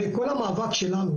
הרי כל המאבק שלנו,